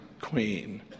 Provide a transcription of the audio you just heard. queen